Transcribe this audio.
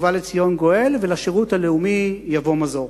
ובא לציון גואל, ולשירות הלאומי יבוא מזור.